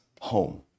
home